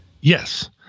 Yes